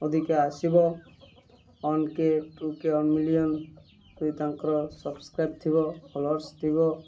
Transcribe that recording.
ଅଧିକା ଆସିବ one K two K one million ଯଦି ତାଙ୍କର ସବସ୍କ୍ରାଇବ୍ ଥିବ ଫଲୋଅର୍ସ୍ ଥିବ